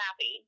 happy